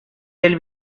del